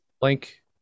blank